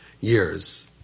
years